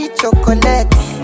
chocolate